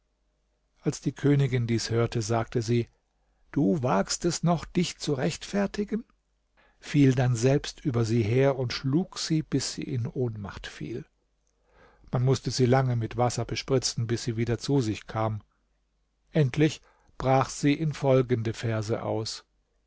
als die königin dies hörte sage sie du wagst es noch dich zu rechtfertigen fiel dann selbst über sie her und schlug sie bis sie in ohnmacht fiel man mußte sie lange mit wasser bespritzen bis sie wieder zu sich kam endlich brach sie in folgende verse aus